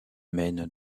mène